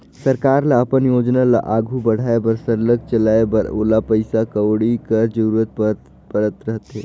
सरकार ल अपन योजना ल आघु बढ़ाए बर सरलग चलाए बर ओला पइसा कउड़ी कर जरूरत परत रहथे